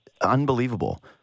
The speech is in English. unbelievable